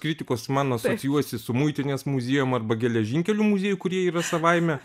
kritikos man asocijuojasi su muitinės muziejum arba geležinkelių muzieju kurie yra savaime